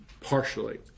partially